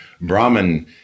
Brahman